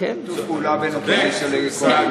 היה שיתוף פעולה בין האופוזיציה לקואליציה.